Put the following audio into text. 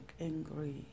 angry